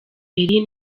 eli